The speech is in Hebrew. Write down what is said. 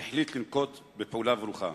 והוא החליט לנקוט פעולה ברוכה.